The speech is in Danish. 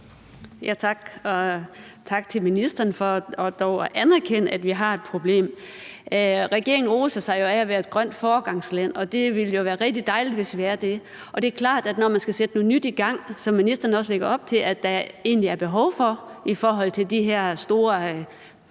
Tak til ministeren for dog at anerkende, at vi har et problem. Regeringen roser sig jo af at være et grønt foregangsland, og det vil jo være rigtig dejligt, hvis vi er det. Det er klart, at når man skal sætte noget nyt i gang, som ministeren også lægger op til at der egentlig er behov for i forhold til de her store naturkatastrofer,